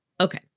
Okay